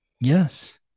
Yes